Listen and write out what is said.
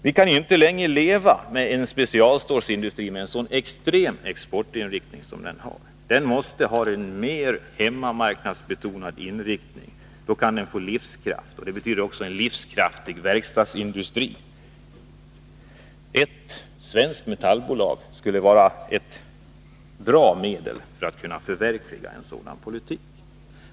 Vi kan inte längre leva med en specialstålsindustri som har en så extrem exportinriktning som f. n. är fallet. Den måste ha mer hemmamarknadsbetonad inriktning. Då kan den få livskraft. Det betyder också en livskraftig verkstadsindustri. Ett svenskt metallbolag skulle vara ett bra medel för att förverkliga en sådan politik.